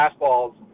fastballs